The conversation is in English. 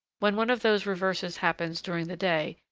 when one of those reverses happens during the day,